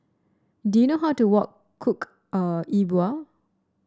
do you know how to work cook Yi Bua